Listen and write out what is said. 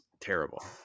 terrible